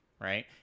right